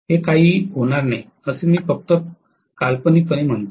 हे काही होणार नाही असं मी फक्त काल्पनिक पणे म्हणतोय